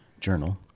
journal